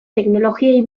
teknologiei